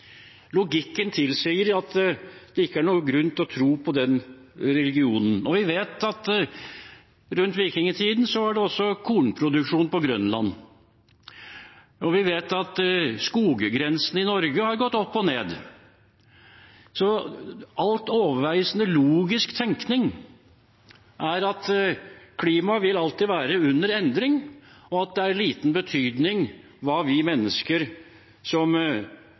Logikken tilsier at det ikke er noen grunn til å tro på den religionen. Vi vet at rundt vikingtiden var det også kornproduksjon på Grønland, og vi vet at skoggrensen i Norge har gått opp og ned. Så i all overveiende grad tilsier logisk tenkning at klimaet alltid vil være under endring, og at det har liten betydning hva vi mennesker gjør, som